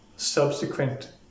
subsequent